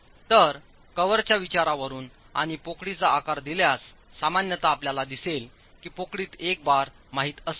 तर कव्हरच्या विचारांवरुन आणि पोकळीचा आकार दिल्यास सामान्यत आपल्याला दिलेल्या पोकळीत एक बार माहित असते